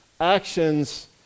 actions